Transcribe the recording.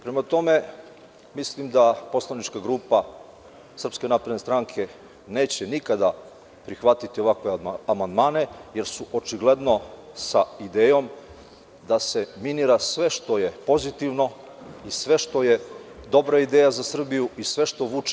Prema tome, mislim da poslanička grupa SNS neće nikada prihvatiti ovakve amandmane, jer su očigledno sa idejom da se minira sve što je pozitivno i sve što je dobra ideja za Srbiju, i sve što vuče